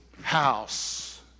house